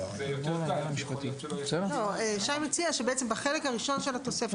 שי מציע שבחלק הראשון של התוספת,